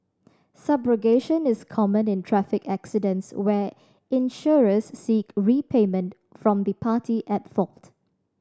subrogation is common in traffic accidents where insurers seek repayment from the party at fault